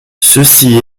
ceci